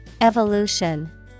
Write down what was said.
Evolution